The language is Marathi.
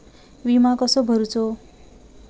विमा कसो भरूचो?